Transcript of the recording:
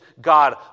God